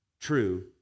True